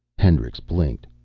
hendricks blinked.